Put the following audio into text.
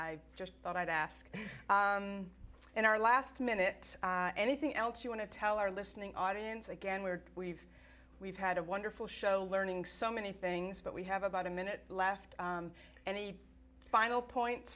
i just thought i'd ask in our last minute anything else you want to tell our listening audience again we're we've we've had a wonderful show learning so many things but we have about a minute left any final points